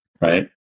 right